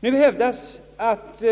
Nu hävdas att